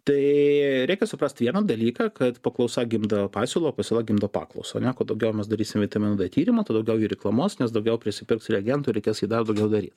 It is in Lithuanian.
tai reikia suprast vieną dalyką kad paklausa gimdo pasiūlą o pasiūla gimdo paklausą na kuo daugiau mes darysim vitamino d tyrimą tuo daugiau jį reklamuos nes daugiau prisipirks reagentų reikės jį dar daugiau daryt